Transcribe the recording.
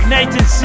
Nathan